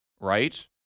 right